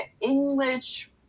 English